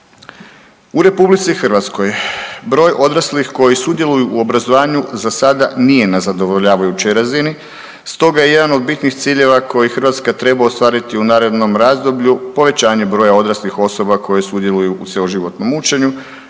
U RH broj odraslih koji sudjeluju u obrazovanju za sada nije na zadovoljavajućoj razini, stoga je jedan od bitnih ciljeva koje Hrvatska treba ostvariti u narednom razdoblju, povećanje broja odraslih osoba koje sudjeluju u cjeloživotnom učenju,